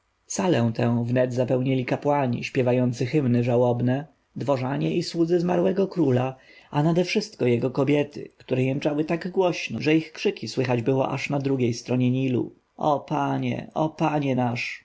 salę tę wnet zapełnili kapłani śpiewający hymny żałobne dworzanie i słudzy zmarłego króla a nadewszystko jego kobiety które jęczały tak głośno że ich krzyki słychać było aż na drugiej stronie nilu o panie o panie nasz